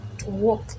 walk